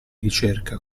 ricerca